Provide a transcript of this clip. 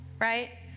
right